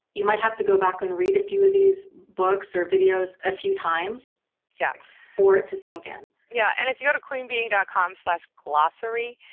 you might have to go back and read a few of these books or videos a few times yeah, for it to sink in. yeah. and if you go to queenbeeing and com glossary,